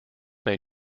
may